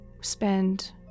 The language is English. spend